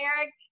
Eric